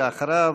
ואחריו,